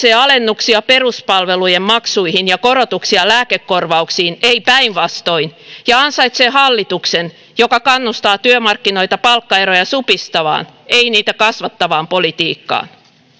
suomi tarvitsee alennuksia peruspalvelujen maksuihin ja korotuksia lääkekorvauksiin ei päinvastoin ja ansaitsee hallituksen joka kannustaa työmarkkinoita palkkaeroja supistavaan ei niitä kasvattavaan politiikkaan